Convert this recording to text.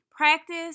Practice